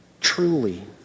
truly